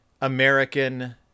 American